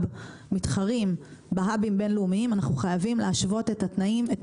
אנחנו חייבים להשוות את תנאי התחרות של ההאב שלנו לעולם.